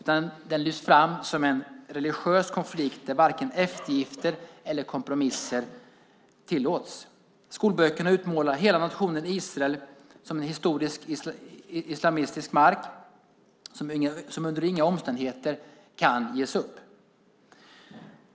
Den lyfts i stället fram som en religiös konflikt där varken eftergifter eller kompromisser tillåts. Skolböckerna utmålar hela nationen Israel som historiskt islamistisk mark som under inga omständigheter kan ges upp.